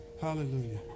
hallelujah